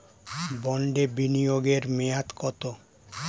বন্ডে বিনিয়োগ এর মেয়াদ কত?